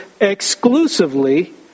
exclusively